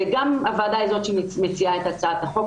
וגם הוועדה היא זאת שמציעה את הצעת החוק,